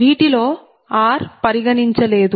వీటిలో r పరిగణించలేదు